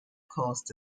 caused